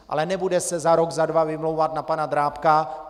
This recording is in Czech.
Ale nebude se za rok, za dva vymlouvat na pana Drábka.